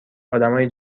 ادمای